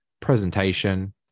presentation